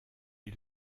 est